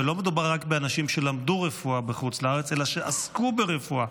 ולא מדובר באנשים שרק למדו רפואה בחוץ לארץ אלא עסקו ברפואה,